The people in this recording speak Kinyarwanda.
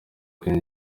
king